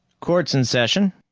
court's in session,